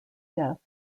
death